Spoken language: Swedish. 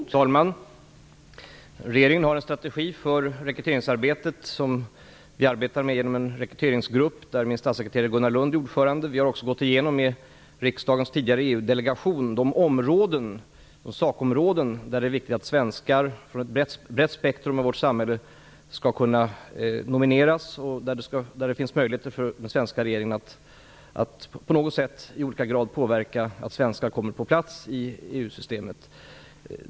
Fru talman! Regeringen har en strategi för rekryteringsarbetet som vi arbetar med inom en rekryteringsgrupp, där min statssekreterare Gunnar Lund är ordförande. Vi har också gått igenom med riksdagens tidigare EU-delegation de sakområden där det är viktigt att svenskar från ett brett spektrum i vårt samhälle skall kunna nomineras och där det finns möjligheter för den svenska regeringen att på något sätt i olika grad påverka att svenskar kommer på plats i EU-systemet.